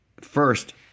first